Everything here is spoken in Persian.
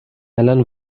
الان